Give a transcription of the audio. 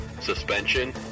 suspension